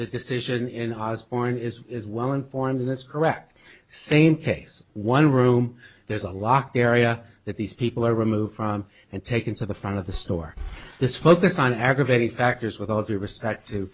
the decision in has been is is one form that's correct same case one room there's a locked area that these people are removed from and taken to the front of the store this focus on aggravating factors with all due respect to